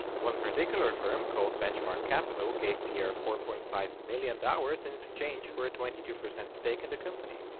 one particular firm called benchmark capital gave pierre four point five million dollars in exchange for a twenty two percent stake in the company.